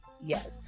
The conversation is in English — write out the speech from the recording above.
Yes